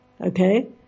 Okay